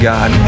God